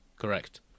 correct